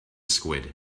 squid